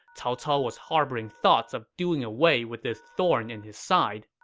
cao cao was harboring thoughts of doing away with this thorn in his side.